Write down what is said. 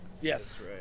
Yes